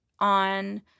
On